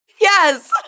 Yes